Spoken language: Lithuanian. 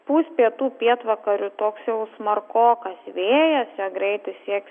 pūs pietų pietvakarių toks jau smarkokas vėjas jo greitis sieks